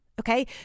Okay